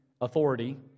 authority